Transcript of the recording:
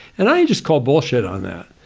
and i just call bullshit on that.